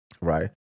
right